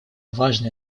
важное